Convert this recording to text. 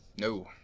No